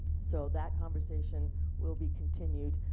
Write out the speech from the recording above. so that conversation will be continued.